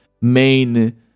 main